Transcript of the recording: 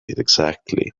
exactly